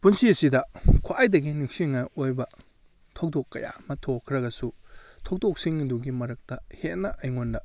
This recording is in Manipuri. ꯄꯨꯟꯁꯤꯁꯤꯗ ꯈ꯭ꯋꯥꯏꯗꯒꯤ ꯅꯤꯡꯁꯤꯡꯅꯤꯉꯥꯏ ꯑꯣꯏꯕ ꯊꯧꯗꯣꯛ ꯀꯌꯥ ꯑꯃ ꯊꯣꯛꯈ꯭ꯔꯒꯁꯨ ꯊꯧꯗꯣꯛꯁꯤꯡ ꯑꯗꯨꯒꯤ ꯃꯔꯛꯇ ꯍꯦꯟꯅ ꯑꯩꯉꯣꯟꯗ